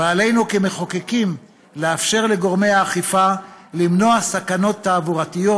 ועלינו כמחוקקים לאפשר לגורמי האכיפה למנוע סכנות תעבורתיות,